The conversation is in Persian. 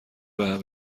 بهم